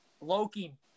Loki